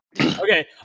Okay